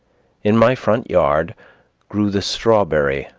in my front yard grew the strawberry,